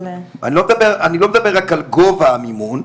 אני לא מדבר רק על גובה המימון,